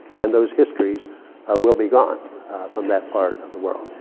and those histories will be gone from that part of the world.